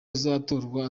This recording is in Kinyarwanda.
uzatorwa